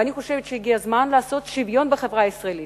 ואני חושבת שהגיע הזמן לעשות שוויון בחברה הישראלית,